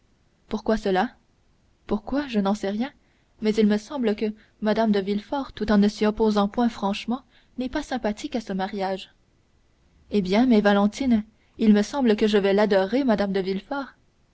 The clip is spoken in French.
pourquoi cela pourquoi je n'en sais rien mais il me semble que mme de villefort tout en ne s'y opposant point franchement n'est pas sympathique à ce mariage eh bien mais valentine il me semble que je vais l'adorer mme de